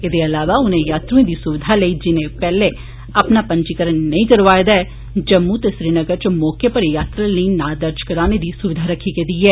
एह्दे इलावा उनें यात्रुएं दी सुविधा लेई जिनें पैहले अपना पंजीकरण नेई कराए दा जम्मू ते श्रीनगर च मौके पर यात्रा लेई नां दर्ज करने दी सुविघा रक्खी गेदी ऐ